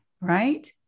Right